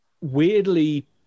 weirdly